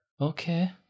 Okay